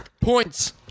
Points